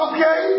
Okay